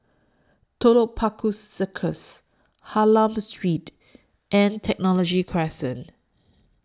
Telok Paku Circus Hylam Street and Technology Crescent